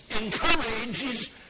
encourages